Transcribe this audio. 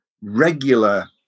regular